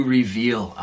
reveal